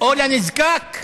או לנזקק?